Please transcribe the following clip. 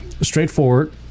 straightforward